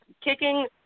kicking